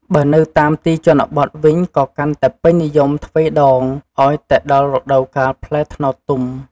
បើនៅតាមទីជនបទវិញក៏កាន់តែពេញនិយមទ្វេដង ឱ្យតែដល់រដូវកាលផ្លែត្នោតទុំ។